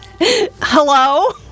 Hello